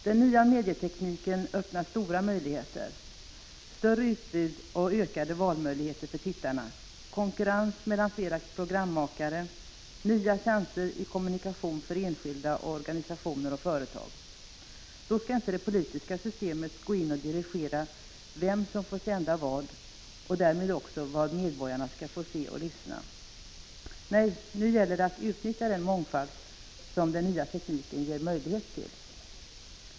Den nya medietekniken öppnar stora möjligheter — större utbud och ökade valmöjligheter för tittarna, konkurrens mellan flera programmakare, nya chanser i kommunikation för enskilda och organisationer och företag. Då skall inte det politiska systemet gå in och dirigera vem som får sända vad och 25 därmed också vad medborgarna skall få se och lyssna till. Nej, nu gäller det att utnyttja den mångfald som den nya tekniken ger möjlighet till.